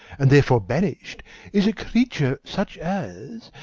and therefore banish'd is a creature such as,